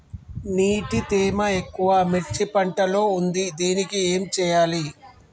నీటి తేమ ఎక్కువ మిర్చి పంట లో ఉంది దీనికి ఏం చేయాలి?